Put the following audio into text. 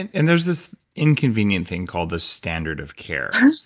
and and there's this inconvenient thing called the standard of care.